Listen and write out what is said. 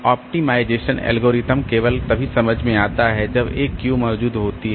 optimisation algorithm केवल तभी समझ में आता है जब एक क्यू मौजूद होती है